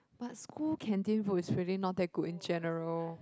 but school canteen food is really not that good in general